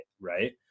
right